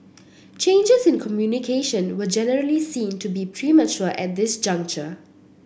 changes in communication were generally seen to be premature at this juncture